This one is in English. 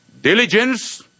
diligence